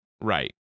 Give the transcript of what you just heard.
right